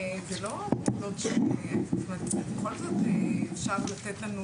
זה לא פעולות של בכל זאת אפשר לתת לנו